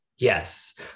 Yes